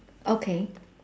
okay